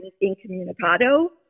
incommunicado